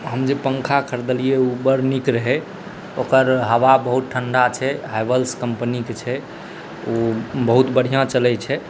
हम जे पंखा खरदेलियै ओ बड नीक रहै ओकर हवा बहुत ठंढा छै हैवेल्स कम्पनीक छै ओ बहुत बढ़िऑं चलै छै